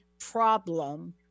problem